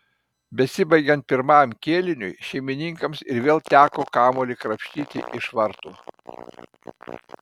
besibaigiant pirmajam kėliniui šeimininkams ir vėl teko kamuolį krapštyti iš vartų